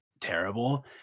terrible